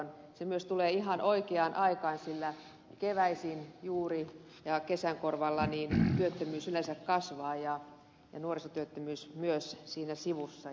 se myös tulee ihan oikeaan aikaan sillä juuri keväisin ja kesän korvalla työttömyys yleensä kasvaa ja nuorisotyöttömyys myös siinä sivussa